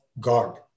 God